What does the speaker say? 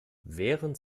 während